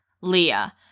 Leah